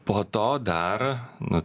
po to dar nu